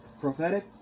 prophetic